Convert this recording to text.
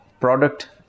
product